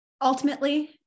Ultimately